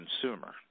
consumer